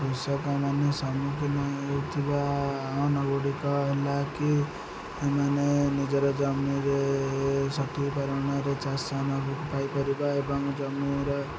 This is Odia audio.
କୃଷକମାନେ ସମ୍ମୁଖୀନ ହେଉଥିବା ଆହ୍ୱାନଗୁଡ଼ିକ ହେଲାକି ଏମାନେ ନିଜର ଜମିରେ ସଠିକ୍ ପରିମାଣରେ ଚାଷ ପାଇପାରିବା ଏବଂ ଜମିର